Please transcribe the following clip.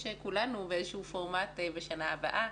כולנו באיזשהו פורמט בשנה הבאה,